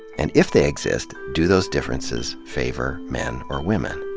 and, if they exist, do those differences favor men or women?